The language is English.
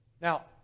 Now